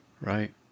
Right